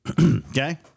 Okay